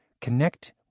Connect